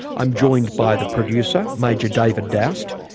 i'm joined by the producer, major david doust.